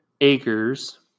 acres